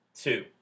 two